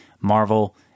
marvel